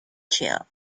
chill